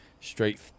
straight